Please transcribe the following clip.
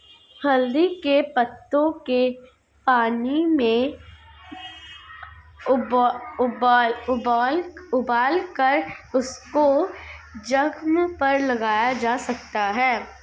हल्दी के पत्तों के पानी में उबालकर उसको जख्म पर लगाया जा सकता है